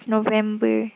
November